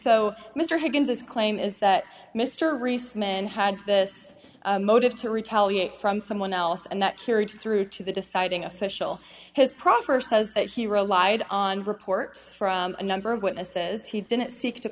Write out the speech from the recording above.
so mr higgins his claim is that mr rhys men had this motive to retaliate from someone else and that carried through to the deciding official his proffer says that he relied on report from a number of witnesses he didn't seek to